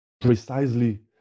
precisely